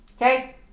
Okay